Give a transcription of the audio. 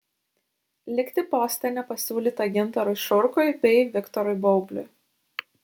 likti poste nepasiūlyta gintarui šurkui bei viktorui baubliui